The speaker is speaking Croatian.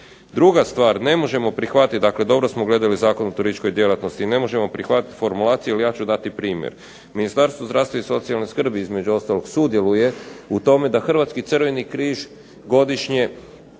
Druga stvar, ne možemo prihvatiti dakle dobro smo gledali Zakon o turističkoj djelatnosti i ne možemo prihvatit formulaciju, evo ja ću dati primjer. Ministarstvo zdravstva i socijalne skrbi između ostalog sudjeluje u tome da Hrvatski Crveni križ godišnje